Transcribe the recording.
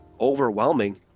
overwhelming